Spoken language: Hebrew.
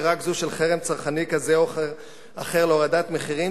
היא רק זו של חרם צרכני כזה או אחר שמטרתו הורדת מחירים,